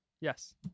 Yes